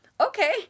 okay